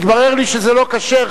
מתברר לי שזה לא כשר,